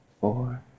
four